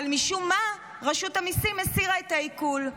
אבל משום מה רשות המיסים הסירה את העיקול.